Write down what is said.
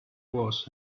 was